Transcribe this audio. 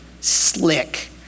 slick